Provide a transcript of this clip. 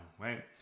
right